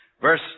verse